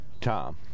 Tom